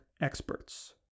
experts